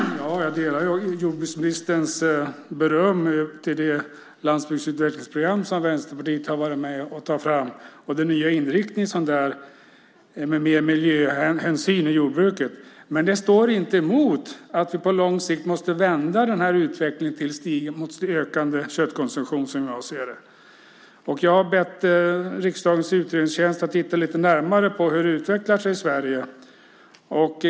Fru talman! Jag delar jordbruksministerns beröm av det landsbygdsutvecklingsprogram som Vänsterpartiet har varit med om att ta fram och den nya inriktningen med mer miljöhänsyn i jordbruket. Men det står inte i motsättning till att vi på lång sikt måste vända utvecklingen mot ökande köttkonsumtion, som jag ser det. Jag har bett riksdagens utredningstjänst att titta lite närmare på hur det utvecklar sig i Sverige.